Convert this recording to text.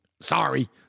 Sorry